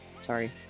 sorry